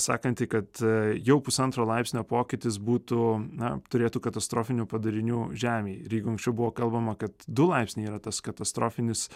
sakanti kad jau pusantro laipsnio pokytis būtų na turėtų katastrofinių padarinių žemėje ir jeigu anksčiau buvo kalbama kad du laipsniai yra tas katastrofinis